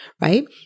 right